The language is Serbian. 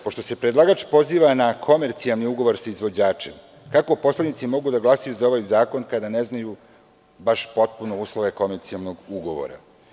Pošto se predlagač poziva na komercijalni ugovor sa izvođačem, kako poslanici mogu da glasaju za ovaj zakon kada ne znaju baš potpuno uslove komercijalnog ugovora?